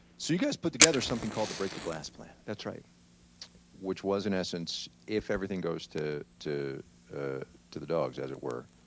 so you guys put together something called the break the glass plan that's right which was in essence if everything goes to to ah the dogs as it were,